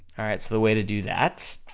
alright? so the way to do that,